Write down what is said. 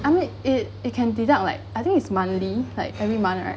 I mean it it can deduct like I think it's monthly like every month right